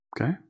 Okay